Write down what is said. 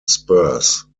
spurs